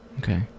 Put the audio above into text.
Okay